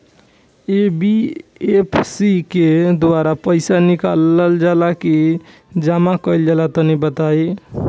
NBFC के द्वारा पईसा निकालल जला की जमा कइल जला तनि बताई?